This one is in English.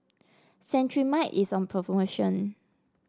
Cetrimide is on promotion